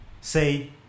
say